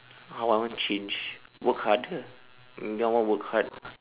uh I want change work harder ya I want to work hard